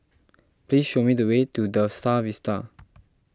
please show me the way to the Star Vista